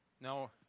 No